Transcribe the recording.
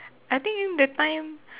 I think in that time